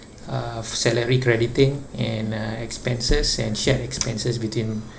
uh salary crediting and uh expenses and shared expenses between